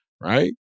right